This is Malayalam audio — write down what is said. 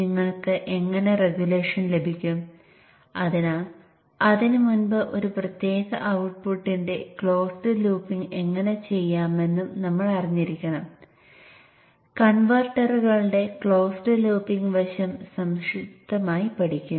MOSFET ന് ഉള്ളിൽ തന്നെ ഇൻറ്റേണൽ ബോഡി ഡയോഡ്സ് ഉണ്ടായിരിക്കും